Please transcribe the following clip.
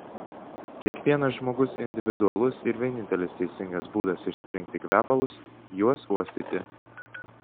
kiekvienas žmogus individualus ir vienintelis teisingas būdas išsirinkti kvepalus juos uostyti